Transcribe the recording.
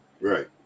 Right